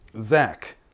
Zach